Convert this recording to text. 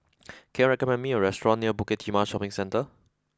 can you recommend me a restaurant near Bukit Timah Shopping Centre